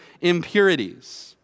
impurities